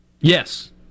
Yes